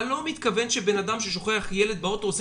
אתה לא מתכוון שבן אדם ששוכח ילד באוטו עושה